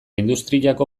industriako